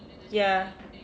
ya